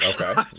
Okay